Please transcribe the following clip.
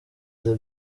the